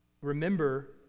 Remember